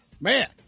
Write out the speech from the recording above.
Man